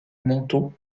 manteau